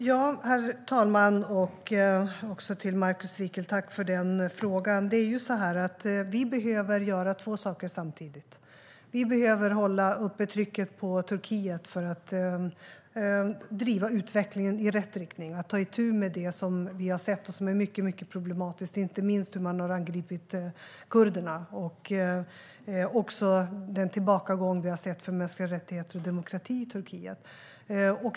Herr talman! Jag vill tacka Markus Wiechel för frågan. Vi behöver göra två saker samtidigt. Vi behöver hålla uppe trycket på Turkiet för att driva utvecklingen i rätt riktning så att man tar itu med det som vi har sett och det som är mycket problematiskt - inte minst hur man angripit kurderna samtidigt som det har skett en tillbakagång av mänskliga rättigheter och demokrati i Turkiet.